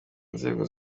nzego